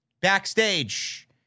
Backstage